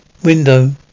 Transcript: window